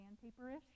sandpaper-ish